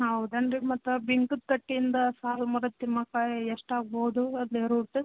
ಹೌದನು ರೀ ಮತ್ತೆ ಬಿಂಕದ ಕಟ್ಟಿಯಿಂದ ಸಾಲು ಮರದ ತಿಮ್ಮಕ್ಕ ಎಷ್ಟಾಗ್ಬೋದು ಅದನ್ನೆ ರೂಟ್